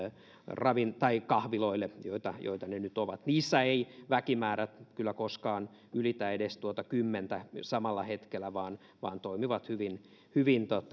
kahviloille joita joita ne nyt ovat niissä eivät väkimäärät kyllä koskaan ylitä edes tuota kymmentä samalla hetkellä vaan ne toimivat hyvin hyvin